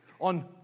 on